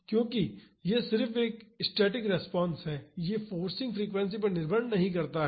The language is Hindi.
क्योंकि यह सिर्फ एक स्थैतिक रिस्पांस है यह फोर्सिंग फ्रीक्वेंसी पर निर्भर नहीं करता है